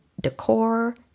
decor